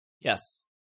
Yes